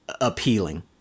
appealing